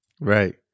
Right